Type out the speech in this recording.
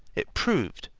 it proved,